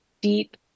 deep